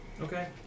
Okay